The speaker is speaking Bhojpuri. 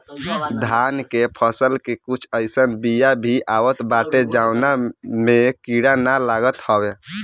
धान के फसल के कुछ अइसन बिया भी आवत बाटे जवना में कीड़ा ना लागत हवे